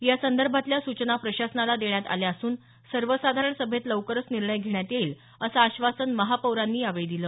यासंदर्भातल्या सूचना प्रशासनाला देण्यात आल्या असून सर्वसाधारण सभेत लवकरच निर्णय घेण्यात येईल असं आश्वासन महापौरांनी यावेळी दिलं